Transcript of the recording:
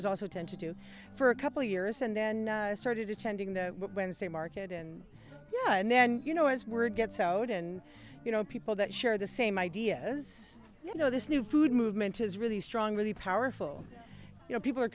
is also tend to do for a couple years and then started attending the when same market and yeah and then you know as word gets out and you know people that share the same ideas you know this new food movement is really strong really powerful you know people are